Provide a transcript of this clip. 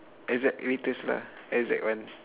exact lah exact one